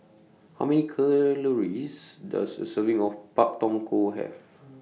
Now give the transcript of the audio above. How Many Does A Serving of Pak Thong Ko Have